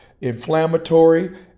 inflammatory